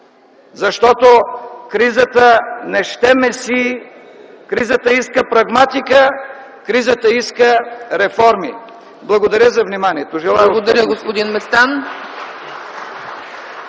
Защото кризата не ще месии. Кризата иска прагматика, кризата иска реформи! Благодаря за вниманието.